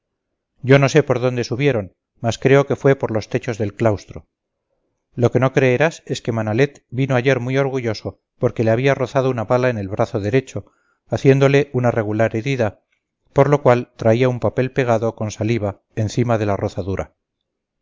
yo no sé por dónde subieron mas creo que fue por los techos del claustro lo que no creerás es que manalet vino ayer muy orgulloso porque le había rozado una bala el brazo derecho haciéndole una regular herida por lo cual traía un papel pegado con saliva encima de la rozadura